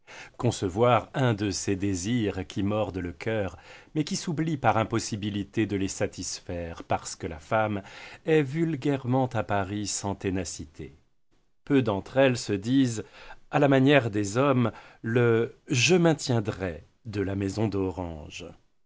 concevoir un de ces désirs qui mordent le cœur mais qui s'oublient par impossibilité de le satisfaire parce que la femme est vulgairement à paris sans ténacité peu d'entre elles se disent à la manière des hommes le je maintiendrai de la maison d'orange